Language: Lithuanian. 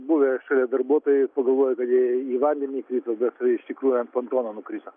buvę darbuotojai pagalvojo kad jie į vandenį įkrito bet iš tikrųjų ant pantono nukrito